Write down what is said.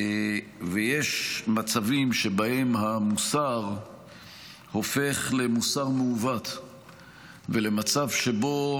ויש מצבים שבהם המוסר הופך למוסר מעוות ולמצב שבו